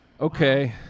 Okay